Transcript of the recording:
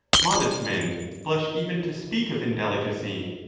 modest men blush even to speak of indelicacy.